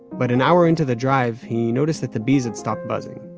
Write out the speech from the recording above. but an hour into the drive, he noticed that the bees had stopped buzzing.